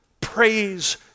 Praise